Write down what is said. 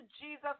Jesus